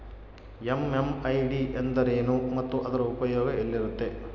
MMID ಎಂದರೇನು ಮತ್ತು ಅದರ ಉಪಯೋಗ ಎಲ್ಲಿರುತ್ತೆ?